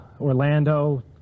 orlando